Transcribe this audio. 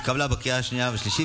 נתקבלה בקריאה השנייה והשלישית,